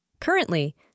Currently